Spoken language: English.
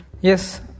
Yes